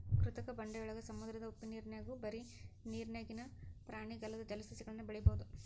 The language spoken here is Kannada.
ಕೃತಕ ಬಂಡೆಯೊಳಗ, ಸಮುದ್ರದ ಉಪ್ಪನೇರ್ನ್ಯಾಗು ಬರಿ ನೇರಿನ್ಯಾಗಿನ ಪ್ರಾಣಿಗಲ್ಲದ ಜಲಸಸಿಗಳನ್ನು ಬೆಳಿಬೊದು